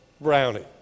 brownie